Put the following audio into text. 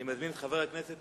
אני מזמין את חבר הכנסת